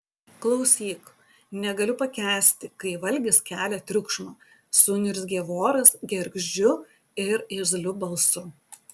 klausyk negaliu pakęsti kai valgis kelia triukšmą suniurzgė voras gergždžiu ir irzliu balsu